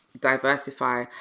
diversify